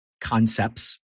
concepts